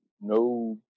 no